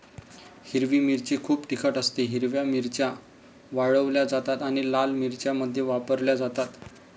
हिरवी मिरची खूप तिखट असतेः हिरव्या मिरच्या वाळवल्या जातात आणि लाल मिरच्यांमध्ये वापरल्या जातात